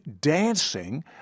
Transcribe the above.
dancing